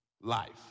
life